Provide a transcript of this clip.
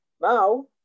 Now